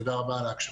תודה רבה על ההקשבה.